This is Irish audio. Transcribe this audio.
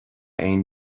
aon